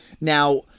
Now